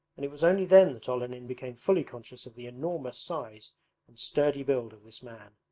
and it was only then that olenin became fully conscious of the enormous size and sturdy build of this man,